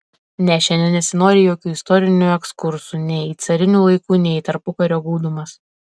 ne šiandien nesinori jokių istorinių ekskursų nei į carinių laikų nei į tarpukario gūdumas